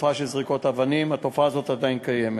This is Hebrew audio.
התופעה של זריקות אבנים, התופעה הזאת עדיין קיימת.